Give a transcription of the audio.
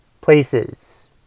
places